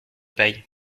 paille